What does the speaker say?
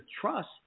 trust